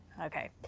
Okay